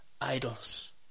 idols